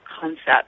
concept